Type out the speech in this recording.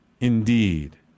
Indeed